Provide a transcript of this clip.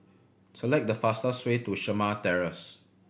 select the fastest way to Shamah Terrace